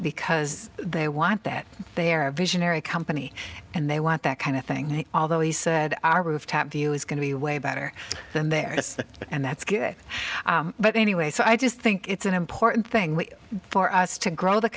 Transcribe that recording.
because they want that they're a visionary company and they want that kind of thing although he said our rooftop view is going to be way better than they're just and that's good but anyway so i just think it's an important thing for us to grow the